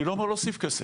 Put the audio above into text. אני לא אומר להוסיף כסף,